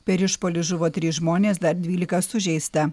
per išpuolį žuvo trys žmonės dar dvylika sužeista